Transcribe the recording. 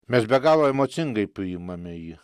mes be galo emocingai priimame jį